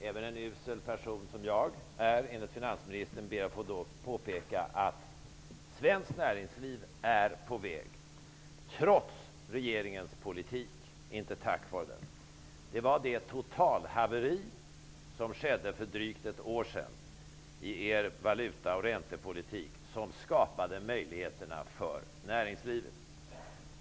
Även en usel person, som jag är enligt finansministern, ber att få påpeka att svenskt näringsliv är på väg trots regeringens politik, inte tack vare den. Det var det totalhaveri som skedde för drygt ett år sedan i er valuta och räntepolitik som skapade möjligheterna för näringslivet.